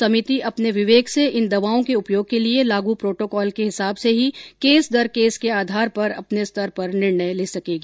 समिति अपने विवेक से इन दवाओं के उपयोग के लिए लागू प्रोटोकॉल के हिसाब से ही केस द केस के आधार पर अपने स्तर पर निर्णय ले सकेंगी